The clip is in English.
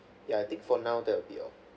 ya I think for now that will be all